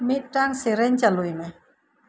ᱢᱤᱫᱴᱟᱝ ᱥᱮᱨᱮᱧ ᱪᱟᱞᱩᱭ ᱢᱮ